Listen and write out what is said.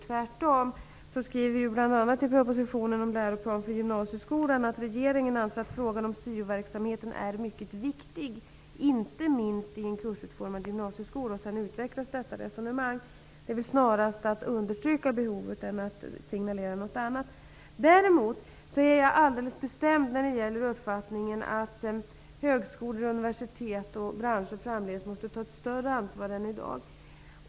Tvärtom skriver vi bl.a. i propositionen om läroplan för gymnasieskolan att regeringen anser att frågan om syoverksamheten är mycket viktig inte minst i en kursutformad gymnasieskola. Sedan utvecklas detta resonemang. Det är snarare att understryka behovet än att signalera någonting annat. Däremot är jag alldeles bestämt av den uppfattningen att högskolor, universitet och branscher framdeles måste ta ett större ansvar än i dag.